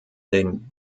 den